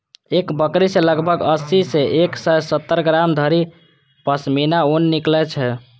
एक बकरी सं लगभग अस्सी सं एक सय सत्तर ग्राम धरि पश्मीना ऊन निकलै छै